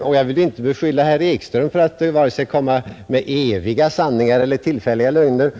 och jag vill inte beskylla herr Ekström för att presentera vare sig eviga sanningar eller tillfälliga lögner.